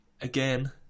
Again